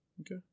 Okay